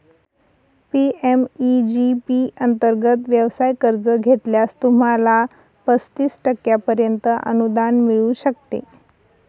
PMEG P अंतर्गत व्यवसाय कर्ज घेतल्यास, तुम्हाला पस्तीस टक्क्यांपर्यंत अनुदान मिळू शकते